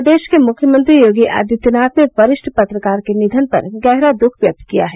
प्रदेश के मुख्यमंत्री योगी आदित्यनाथ ने वरिष्ठ पत्रकार के निधन पर गहरा दुख व्यक्त किया है